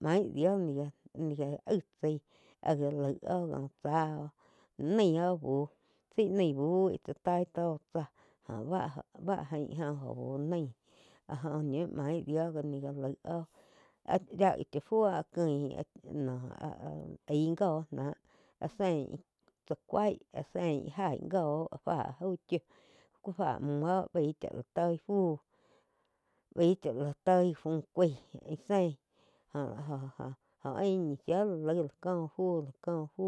maí dio ni gá- ni gá aig chaí áh gá laih óh úh tsá oh naí oh bu tsi naí buh ih tsá tai tó jo ba jain oh bu áh jó ñiu mái dio já laig óh áh yía gi cha fuo áh kiun áh aíh gó náh áh sein tsá cuái áh sein íh jaig góh fá jau chiu ku fá muh oh baíh la toi fuh bai cha la toi gi fu caih íh sein jo-jo-jo óh ñi shia la laig la có fu, la có fu.